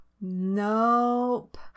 Nope